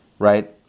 right